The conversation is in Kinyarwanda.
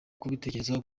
kubitekerezaho